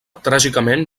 tràgicament